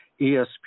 esp